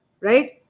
Right